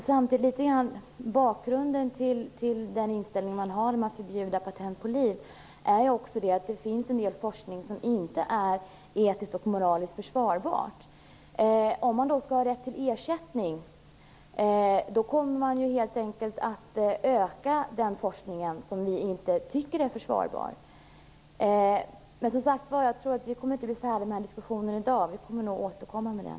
Fru talman! Bakgrunden till den inställning man har när man förbjuder patent på liv är ju att det finns en del forskning som inte är etiskt och moraliskt försvarbar. Om man då skall ha rätt till ersättning kommer ju helt enkelt den forskning som ni inte tycker är försvarbar att öka. Men, som sagt, jag tror inte att vi kommer att bli färdiga med den här diskussionen i dag. Vi kommer nog att återkomma till den.